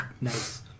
Nice